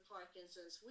Parkinson's